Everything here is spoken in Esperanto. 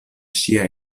ŝia